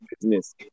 business